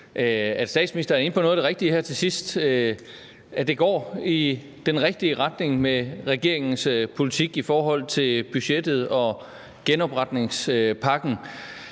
her til sidst er inde på noget af det rigtige, og at det går i den rigtige retning med regeringens politik i forhold til budgettet og genopretningspakken.